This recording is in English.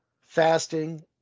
fasting